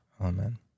amen